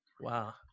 Wow